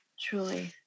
Truly